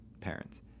parents